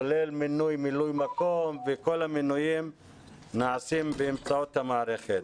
כולל מינוי מילוי מקום וכל המינויים נעשים באמצעות המערכת.